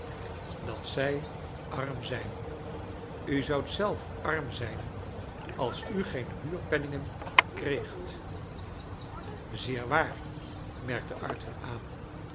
dat zij arm zijn u zoudt zelf arm zijn als u geen huurpenningen kreegt zeer waar merkte arthur aan